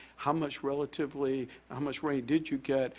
how much relatively? how much rain did you get?